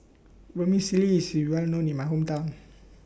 Vermicelli IS Well known in My Hometown